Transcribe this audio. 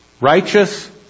righteous